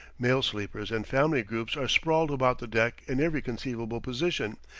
male sleepers and family groups are sprawled about the deck in every conceivable position,